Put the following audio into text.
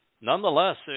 nonetheless